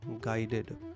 guided